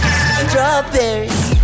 strawberries